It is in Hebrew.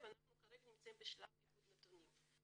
ואנחנו כרגע נמצאים בשלב עיבוד הנתונים.